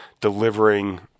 delivering